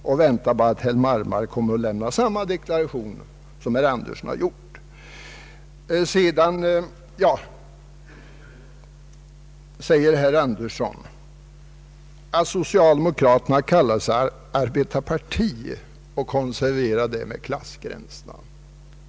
Jag väntar bara att herr Wallmark kommer att lämna samma deklaration som herr Andersson gjort. Sedan säger herr Andersson att socialdemokraterna genom att kalla sig arbetarparti konserverar klassgränserna.